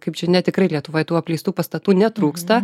kaip čia ne tikrai lietuvoj tų apleistų pastatų netrūksta